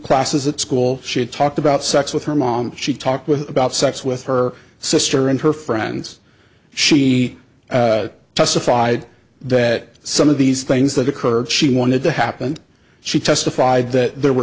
classes at school she talked about sex with her mom she talked with about sex with her sister and her friends she testified that some of these things that occurred she wanted to happen she testified that there were